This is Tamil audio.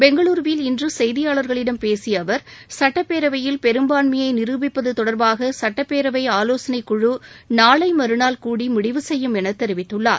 பெங்களுருவில் இன்று செய்தியாளர்களிடம் பேசிய அவர் சுட்டப்பேரவையில் பெரும்பான்மையை நிருபிப்பது தொடர்பாக சட்டப்பேரவை ஆலோசனைக்குழு நாளை மறுநாள் கூடி முடிவு செய்யும் என தெரிவித்துள்ளார்